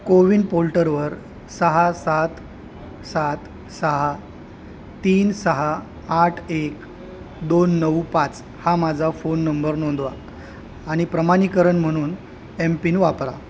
को विन पोल्टरवर सहा सात सात सहा तीन सहा आठ एक दोन नऊ पाच हा माझा फोन नंबर नोंदवा आणि प्रमाणीकरण म्हणून एम पिन वापरा